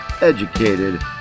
educated